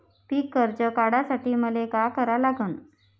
पिक कर्ज काढासाठी मले का करा लागन?